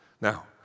Now